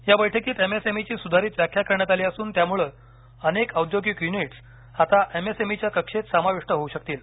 या बैठकीत एमएसएमईची सुधारित व्याख्या करण्यात आली असून त्यामुळे अनेक औद्योगिक युनिटस आता एमएसएमईच्या कक्षेत समाविष्ट होऊ शकतील